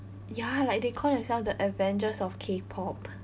ya like they call themselves the avengers of K pop